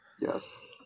Yes